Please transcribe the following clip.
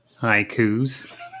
haikus